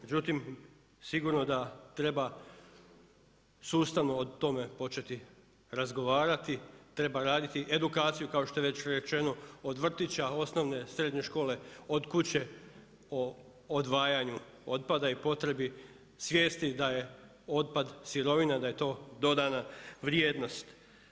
Međutim, sigurno da treba sustavno o tome početi razgovarati, treba raditi edukaciju kao što je već rečeno od vrtića, osnovne, srednje škole, od kuće o odvajanju otpada i potrebi svijesti da je otpad sirovina, da je to dodana vrijednost.